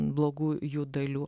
blogų jų dalių